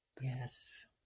Yes